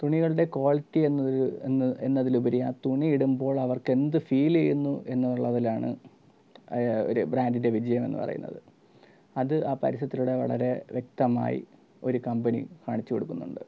തുണികളുടെ quality എന്നൊരു എന്ന് എന്നതിലുപരി ആ തുണി ഇടുമ്പോൾ അവർക്ക് എന്ത് ഫീൽ ചെയ്യുന്നു എന്നുള്ളതിലാണ് ഒരു ബ്രാൻഡിൻ്റെ വിജയമെന്ന് പറയുന്നത് അത് ആ പരസ്യത്തിലൂടെ വളരെ വ്യക്തമായി ഒരു കമ്പനി കാണിച്ചുകൊടുക്കുന്നുണ്ട്